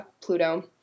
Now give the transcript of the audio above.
Pluto